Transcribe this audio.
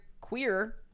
queer